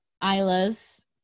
Islas